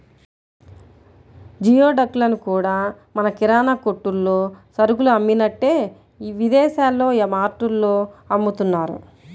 geoduck లను కూడా మన కిరాణా కొట్టుల్లో సరుకులు అమ్మినట్టే విదేశాల్లో మార్టుల్లో అమ్ముతున్నారు